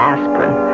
Aspirin